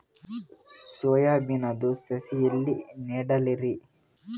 Soya ಬಿನದು ಸಸಿ ಎಲ್ಲಿ ನೆಡಲಿರಿ?